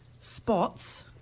spots